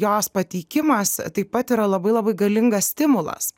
jos pateikimas taip pat yra labai labai galingas stimulas